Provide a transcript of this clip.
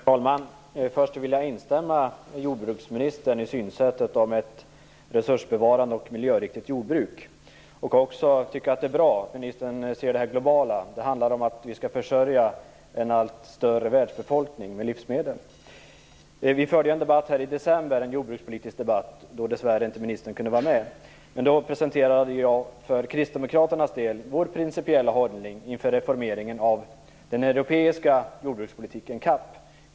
Herr talman! Jag vill instämma i jordbruksministerns synsätt om ett resursbevarande och miljöriktigt jordbruk. Jag tycker också att det är bra att jordbruksministern ser detta globalt. Det handlar om att vi skall försörja en allt större världsbefolkning med livsmedel. I december förde vi en jordbrukspolitisk debatt, då ministern dessvärre inte kunde vara med. Då presenterade jag för Kristdemokraternas del vår principiella hållning inför reformeringen av den europeiska jordbrukspolitiken CAP.